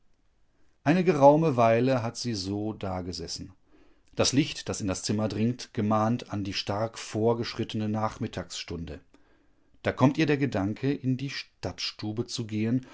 eine geraume weile hat sie so dagesessen das licht das in das zimmer dringt gemahnt an die stark vorgeschrittene nachmittagsstunde da kommt ihr der gedanke in die stadtstube zu gehen